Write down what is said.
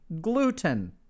Gluten